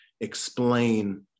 explain